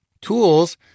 Tools